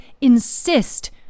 insist